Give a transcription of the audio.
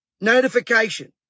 notification